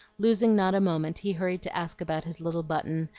losing not a moment, he hurried to ask about his little button,